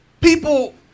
people